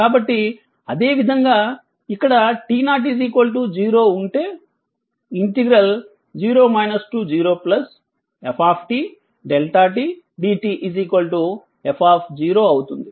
కాబట్టి అదేవిధంగా ఇక్కడ t 0 0 ఉంటే 0 0f δ dt f అవుతుంది